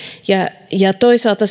toisaalta